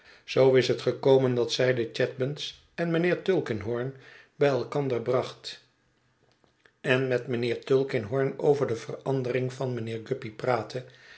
zoo is het gekomen dat zij de chadband's en mijnheer tulkinghorn bij elkander bracht en met mijnheer tulkinghorn over de verandering van mijnheer guppy praatte